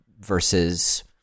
versus